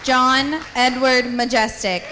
john edward majestic